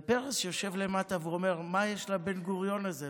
ופרס יושב למטה ואומר: מה יש לבן-גוריון הזה?